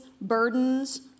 burdens